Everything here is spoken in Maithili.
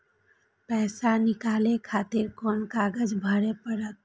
पैसा नीकाले खातिर कोन कागज भरे परतें?